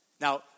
Now